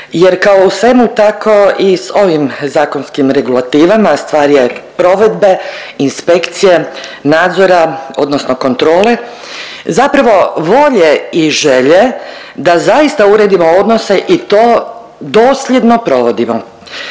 jer kao i u svemu, tako i s ovim zakonskim regulativama, stvar je provedbe, inspekcije, nadzora odnosno kontrole, zapravo volje i želje da zaista uredimo odnose i to dosljedno provodimo.